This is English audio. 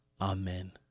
Amen